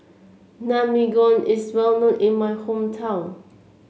Naengmyeon is well known in my hometown